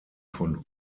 von